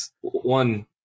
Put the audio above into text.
one